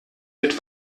mit